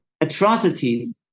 atrocities